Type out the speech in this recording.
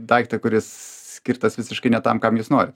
daiktą kuris skirtas visiškai ne tam kam jūs norit